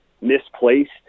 misplaced